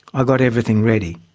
i got everything ready.